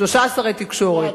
שלושה שרי תקשורת.